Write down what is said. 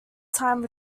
time